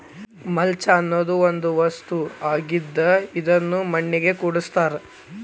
mulch ಅನ್ನುದು ಒಂದ ವಸ್ತು ಆಗಿದ್ದ ಇದನ್ನು ಮಣ್ಣಿಗೆ ಕೂಡಸ್ತಾರ